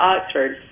Oxford